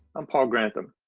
i'm paul grantham,